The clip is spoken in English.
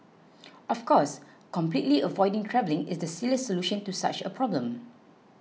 of course completely avoiding travelling is the silliest solution to such a problem